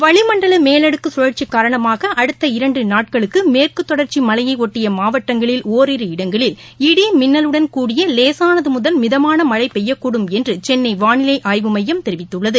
வளிமண்டல மேலடுக்கு கழற்சி காரணமாக அடுத்த இரண்டு நாட்களுக்கு மேற்கு தொடர்ச்சி மலையைபொட்டிய மாவட்டங்களில் ஓரிரு இடங்களில் இடி மின்னலுடன் கூடிய லேசானது முதல் மிதமான மழை பெய்யக்கூடும் என்று சென்னை வானிலை ஆய்வு மையம் தெரிவித்துள்ளது